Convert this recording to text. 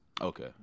Okay